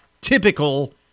typical